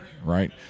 right